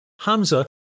Hamza